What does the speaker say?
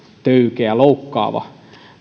töykeä loukkaava